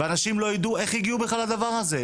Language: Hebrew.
ואנשים לא ידעו איך הגיעו בכלל לדבר הזה.